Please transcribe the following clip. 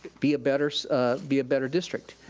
be a better so be a better district.